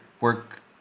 work